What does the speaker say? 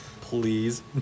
Please